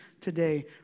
today